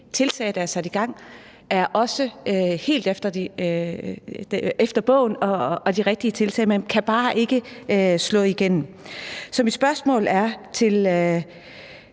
tiltag, der er sat i gang, også er helt efter bogen og er de rigtige tiltag, men bare ikke kan slå igennem. Så mit spørgsmål til